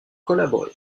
collaboré